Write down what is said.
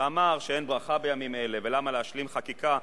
ואמר שאין ברכה בימים אלה ולמה להשלים חקיקה.